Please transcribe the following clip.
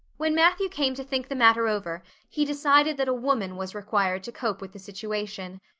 when matthew came to think the matter over he decided that a woman was required to cope with the situation.